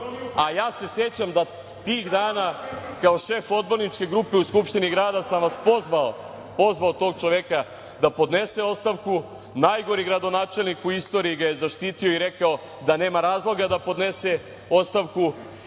a ja se sećam da tih dana kao šef odborničke grupe u Skupštini grada sam vas pozvao, pozvao tog čoveka da podnese ostavku. Najgori gradonačelnik u istoriji ga je zaštitio i rekao da nema razloga da podnese ostavku